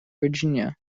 virginia